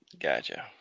Gotcha